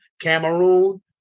Cameroon